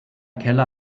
keller